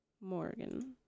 Morgan